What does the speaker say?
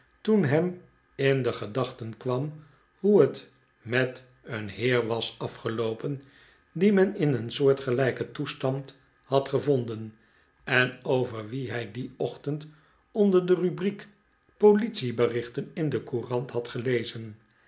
toen hem in de gedachten kwam hoe het met een heer was afgeloopen dien men in een soortgelijken toestand had gevonden en over wien hij de pick wick club dien ochtend onder de rubriek politieberichten in de courant had gelezen